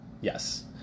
yes